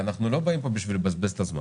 אנחנו לא באים לפה בשביל לבזבז את הזמן,